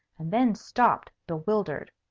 and then stopped, bewildered.